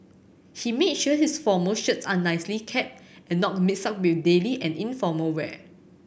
he made sure his formal shirts are nicely kept and not mixed up with daily and informal wear